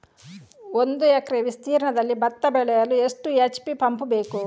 ಒಂದುಎಕರೆ ವಿಸ್ತೀರ್ಣದಲ್ಲಿ ಭತ್ತ ಬೆಳೆಯಲು ಎಷ್ಟು ಎಚ್.ಪಿ ಪಂಪ್ ಬೇಕು?